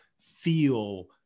feel